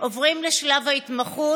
עוברים לשלב ההתמחות,